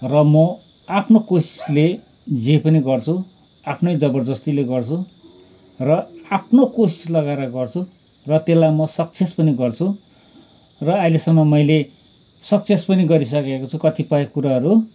र म आफ्नो कोसिसले जे पनि गर्छु आफ्नै जबर्जस्तीले गर्छु र आफ्नो कोसिस लगाएर गर्छु र त्यसलाई म सक्सेस पनि गर्छु र अहिलेसम्म मैले सक्सेस पनि गरिसकेको छु कतिपय कुराहरू